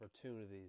opportunities